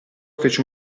fece